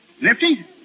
Nifty